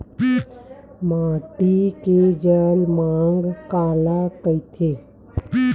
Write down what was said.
माटी के जलमांग काला कइथे?